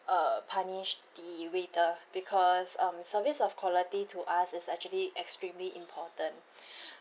uh punish the waiter because um service of quality to us is actually extremely important